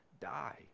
die